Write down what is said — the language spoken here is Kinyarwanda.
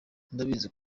ndabizi